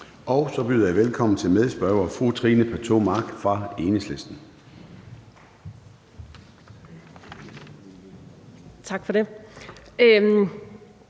Så byder jeg velkommen til medspørger fru Trine Pertou Mach fra Enhedslisten. Kl.